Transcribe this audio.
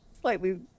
slightly